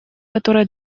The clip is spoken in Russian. которые